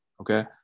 Okay